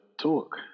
talk